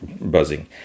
buzzing